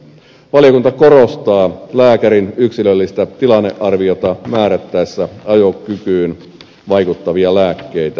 valiokunta korostaa lääkärin yksilöllistä tilannearviota määrättäessä ajokykyyn vaikuttavia lääkkeitä